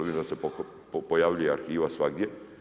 Vidim da se pojavljuje arhiva svagdje.